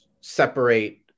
separate